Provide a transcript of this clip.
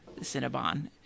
Cinnabon